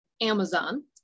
Amazon